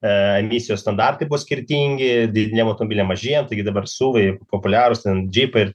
emisijų standartai buvo skirtingi dyzeliniam automobiliam mažėjo taigi dabar sulai populiarūs ten džipai ir